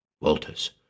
Walters